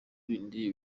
bindi